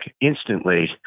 instantly